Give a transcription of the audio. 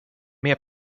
mer